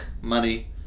money